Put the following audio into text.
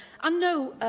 and no,